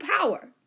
power